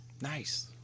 Nice